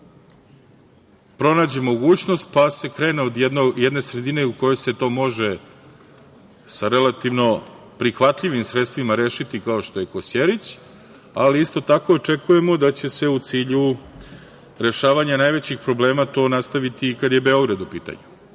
pronađe mogućnost pa se krene od jedne sredine u kojoj se to može sa relativno prihvatljivim sredstvima rešiti, kao što je Kosjerić, ali isto tako očekujemo da će se u cilju rešavanja najvećih problema to nastaviti kad je Beograd u pitanju. Da